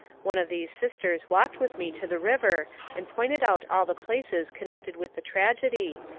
one of these sisters walked with me to the river and pointed out all the places connected with the tragedy,